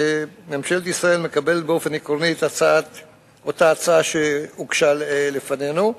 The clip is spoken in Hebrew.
שממשלת ישראל מקבלת באופן עקרוני את אותה הצעה שהוגשה לפנינו.